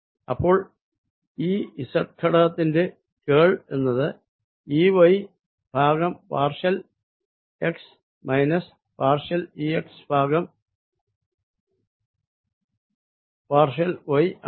അപ്പോൾ E z ഘടകത്തിന്റെ curl എന്നത് E y ഭാഗം partial x minus partial E x ഭാഗം പാർഷ്യൽ y ആണ്